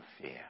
fear